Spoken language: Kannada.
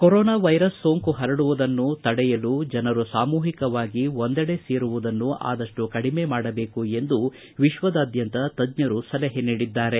ಕೊರೋನಾ ವೈರಸ್ ಸೋಂಕು ಹರಡುವುದನ್ನು ತಡೆಯುವ ಸಲುವಾಗಿ ಜನರು ಸಾಮೂಹಿಕವಾಗಿ ಒಂದೆಡೆ ಸೇರುವುದನ್ನು ಆದಪ್ಪು ಕಡಿಮೆ ಮಾಡಬೇಕು ಎಂದು ವಿಶ್ವದಾದ್ಯಂತ ತಜ್ಜರು ಸಲಹೆ ನೀಡಿದ್ದಾರೆ